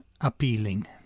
appealing